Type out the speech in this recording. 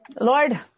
Lord